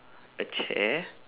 a chair